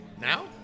Now